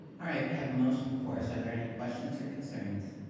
all right we have a motion before us, are there any questions or concerns?